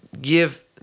give